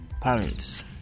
parents